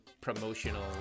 promotional